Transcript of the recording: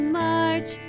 march